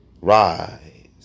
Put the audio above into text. Rise